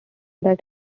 that